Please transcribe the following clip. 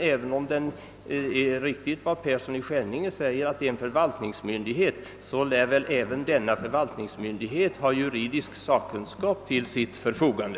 Även om det är riktigt som herr Persson i Skänninge säger att länsstyrelsen är en förvaltningsmyndighet, lär väl även denna förvaltningsmyndighet ha juridisk sakkunskap till sitt förfogande.